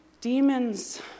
Demons